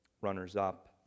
runners-up